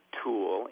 tool